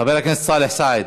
חבר הכנסת סאלח סעד,